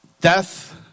Death